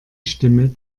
stimme